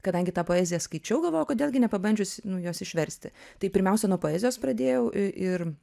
kadangi tą poeziją skaičiau galvojau kodėl gi nepabandžius nu jos išversti tai pirmiausia nuo poezijos pradėjau i ir